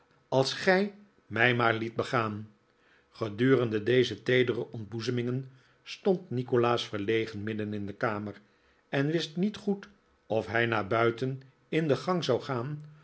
als gij mij maar liet begaan gedurende deze teedere ontboezemingen stond nikolaas verlegen midden in de kamer en wist niet goed of hij naar buiten in de gang zou gaan